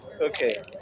Okay